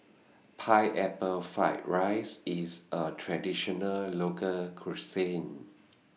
Pineapple Fried Rice IS A Traditional Local Cuisine